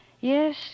Yes